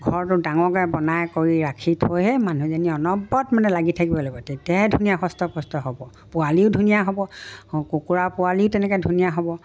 ঘৰটো ডাঙৰকৈ বনাই কৰি ৰাখি থৈহে মানুহজনী অনবৰত মানে লাগি থাকিব লাগিব তেতিয়াহে ধুনীয়া হস্তপস্ত হ'ব পোৱালিও ধুনীয়া হ'ব কুকুৰা পোৱালিও তেনেকৈ ধুনীয়া হ'ব